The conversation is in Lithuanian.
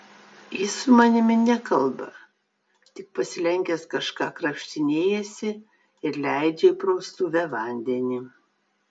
jis su manimi nekalba tik pasilenkęs kažką krapštinėjasi ir leidžia į praustuvę vandenį